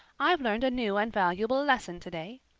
i've learned a new and valuable lesson today.